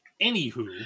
Anywho